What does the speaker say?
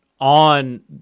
on